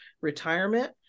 retirement